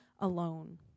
alone